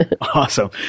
Awesome